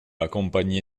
accompagné